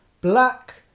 Black